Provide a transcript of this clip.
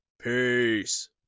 Peace